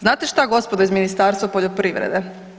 Znate šta, gospodo iz Ministarstva poljoprivrede?